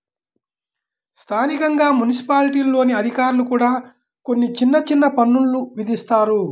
స్థానికంగా మున్సిపాలిటీల్లోని అధికారులు కూడా కొన్ని చిన్న చిన్న పన్నులు విధిస్తారు